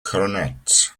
coronet